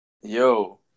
Yo